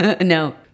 No